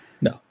No